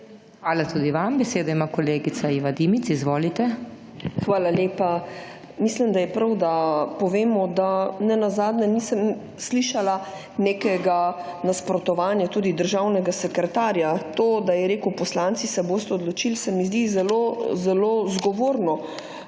Hvala tudi vam. Besedo ima kolegica Iva Dimic. Izvolite. **IVA DIMIC (PS NSi):** Hvala lepa. Mislim, da je prav, da povemo, da nenazadnje nisem slišala nekega nasprotovanja tudi državnega sekretarja. To da je rekel, poslanci se boste odločili se mi zdi zelo zgovorno.